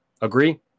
Agree